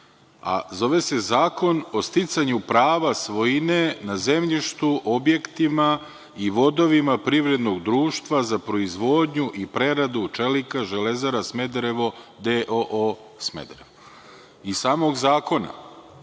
naziv – Zakon o sticanju prava svojine na zemljištu, objektima i vodovima privrednog društva za proizvodnju i preradu čelika „Železara Smederevo“ D.o.o. Smederevo. Iz samog zakona